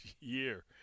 year